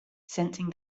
sensing